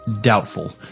doubtful